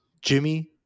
Jimmy